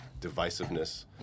divisiveness